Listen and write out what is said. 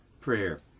Prayer